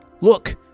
look